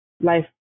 life